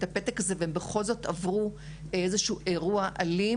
הפתק הזה והן בכל זאת עברו איזשהו אירוע אלים